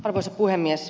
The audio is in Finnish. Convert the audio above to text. arvoisa puhemies